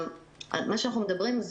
אנחנו מדברים על